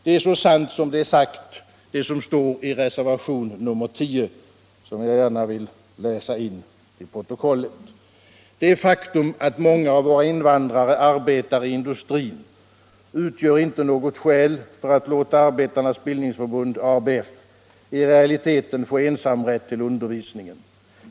Det är så sant som det är sagt i reservationen 10 — jag vill gärna läsa in det i protokollet: ”Det faktum att många av våra invandrare arbetar i industrin utgör inte något skäl för att låta Arbetarnas bildningsförbund i realiteten få ensamrätt till undervisningen.